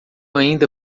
ainda